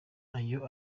ayo